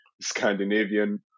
Scandinavian